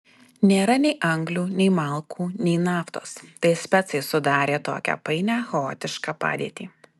nėra nei anglių nei malkų nei naftos tai specai sudarė tokią painią chaotišką padėtį